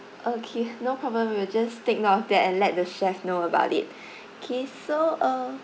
okay no problem we'll just take note of that and let the chef know about it okay so uh